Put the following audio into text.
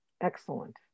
Excellent